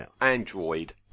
Android